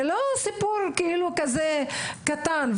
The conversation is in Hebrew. זה לא סיפור כזה קטן.